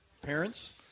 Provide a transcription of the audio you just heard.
Parents